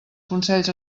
consells